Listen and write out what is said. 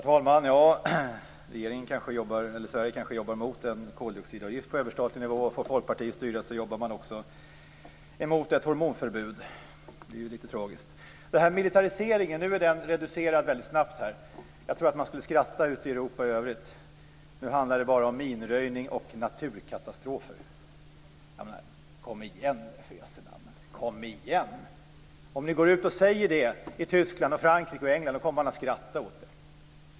Herr talman! Sverige kanske jobbar mot en koldioxidavgift på överstatlig nivå. Får Folkpartiet styra jobbar man också mot ett hormonförbud. Det är lite tragiskt. Detta med militariseringen reduceras väldigt snabbt här. Jag tror att man skulle skratta ute i Europa i övrigt. Nu handlar det ju bara om minröjning och naturkatastrofer. Kom igen nu för jösse namn! Om ni går ut och säger det i Tyskland, Frankrike och England kommer man att skratta åt er.